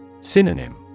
Synonym